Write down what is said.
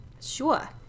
Sure